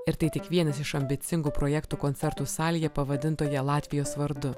ir tai tik vienas iš ambicingų projektų koncertų salėje pavadintoje latvijos vardu